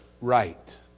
right